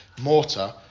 mortar